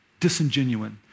disingenuine